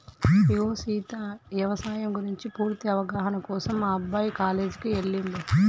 ఇగో సీత యవసాయం గురించి పూర్తి అవగాహన కోసం మా అబ్బాయి కాలేజీకి ఎల్లిండు